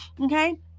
okay